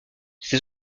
ses